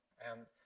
and,